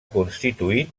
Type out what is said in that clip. constituït